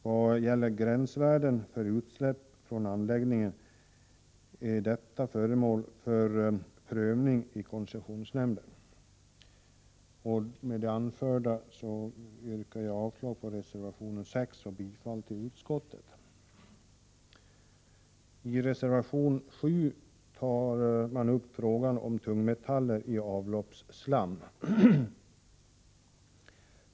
Vad gäller frågan om gränsvärden för utsläpp från anläggningen är denna föremål för prövning i koncessionsnämnden. Med det anförda vill jag yrka avslag på reservation nr 6 och bifall till utskottets hemställan i denna del. I reservation nr 7 tar man upp frågan om tungmetaller i avloppsslam.